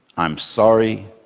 i'm sorry,